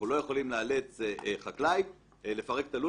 אנחנו לא יכולים לאלץ חקלאי לפרק את הלול